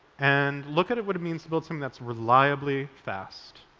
and look at it what it means to build something that's reliably fast.